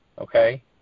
okay